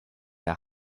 der